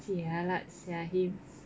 jialat sia he